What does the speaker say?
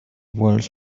walls